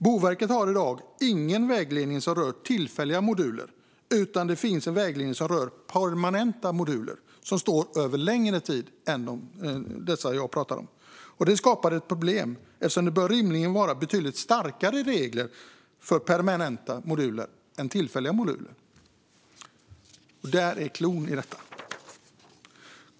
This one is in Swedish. Boverket har i dag ingen vägledning som rör tillfälliga moduler, utan det finns en vägledning som rör permanenta moduler, som står över en längre tid än de jag pratar om. Detta skapar problem eftersom det rimligen bör vara betydligt starkare regler för permanenta än för tillfälliga moduler. Där är cloun i detta.